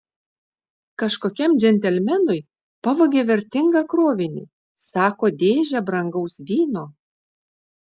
kažkokiam džentelmenui pavogė vertingą krovinį sako dėžę brangaus vyno